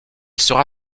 sera